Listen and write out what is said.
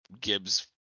gibbs